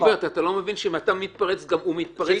רוברט, אתה לא מבין שאם את מתפרץ גם הוא מתפרץ?